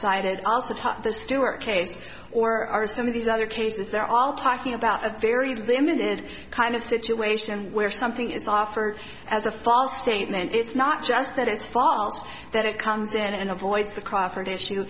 talked the stewart case or are some of these other cases they're all talking about a very limited kind of situation where something is offered as a false statement it's not just that it's false that it comes in and avoids the crawford issue